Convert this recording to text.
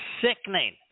sickening